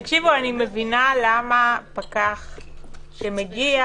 אני מבינה למה פקח שמגיע,